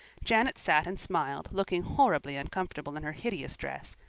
janet sat and smiled, looking horribly uncomfortable in her hideous dress,